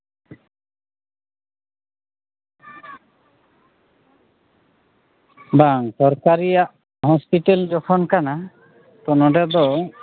ᱵᱟᱝ ᱥᱚᱨᱠᱟᱨᱤᱭᱟᱜ ᱦᱚᱥᱯᱤᱴᱟᱞ ᱡᱚᱠᱷᱚᱱ ᱠᱟᱱᱟ ᱱᱚᱸᱰᱮ ᱫᱚ